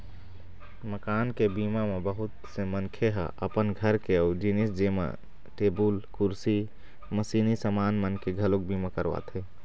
मकान के बीमा म बहुत से मनखे ह अपन घर के अउ जिनिस जेमा टेबुल, कुरसी, मसीनी समान मन के घलोक बीमा करवाथे